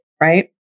right